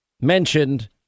mentioned